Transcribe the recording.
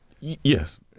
Yes